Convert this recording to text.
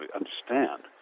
understand